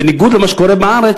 בניגוד למה שקורה בארץ,